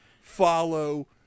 Follow